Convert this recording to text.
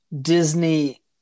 Disney